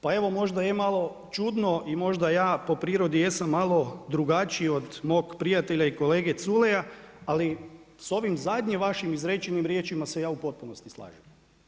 Pa evo možda je malo čudno i možda ja po prirodi jesam malo drugačiji od mog prijatelja i kolege Culeja, ali sa ovim zadnjim vašim izrečenim riječima se ja u potpunosti slažem.